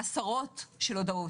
עשרות הודעות,